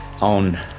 on